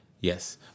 yes